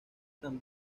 tan